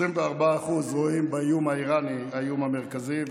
24% רואים באיום האיראני האיום המרכזי,